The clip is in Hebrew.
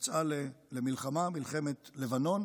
יצאה למלחמת לבנון.